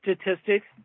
statistics